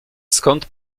skąd